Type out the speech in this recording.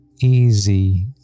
easy